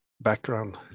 background